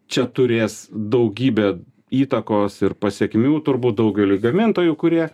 čia turės daugybę įtakos ir pasekmių turbūt daugeliui gamintojų kurie